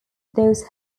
those